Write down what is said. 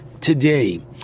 today